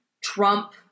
Trump